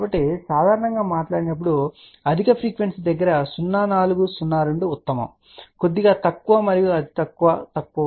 కాబట్టి సాధారణంగా మాట్లాడినప్పుడు అధిక ఫ్రీక్వెన్సీ వద్ద 0402 ఉత్తమం కొద్దిగా తక్కువ మరియు తక్కువ మరియు తక్కువ